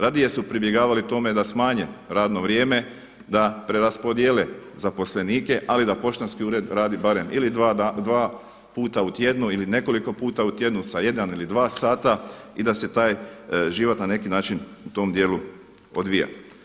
Radije su pribjegavali tome da smanje radno vrijeme, da preraspodijele zaposlenike, ali da poštanski ured radi barem dva puta u tjednu ili nekoliko puta u tjednu sa jedan ili dva sata i da se taj život na neki način u tom dijelu odvija.